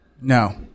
No